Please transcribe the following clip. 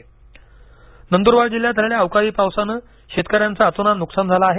नंदरबार नंद्रबार जिल्ह्यात झालेल्या अवकाळी पावसाने शेतकऱ्यांचं अतोनात नुकसान झालं आहे